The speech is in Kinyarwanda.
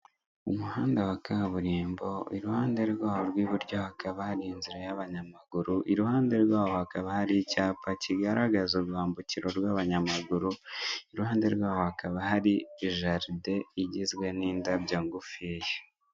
Umuhanda wa kaburimbo, iruhande rwaho rw'iburyo hakaba hari inzira y'abanyamaguru, iruhande rwaho hakaba hari icyapa kigaragaza urwambukiro rw'abanyamaguru, iruhande rwaho hakaba hari jaride igizwe n'indabyo ngufiya.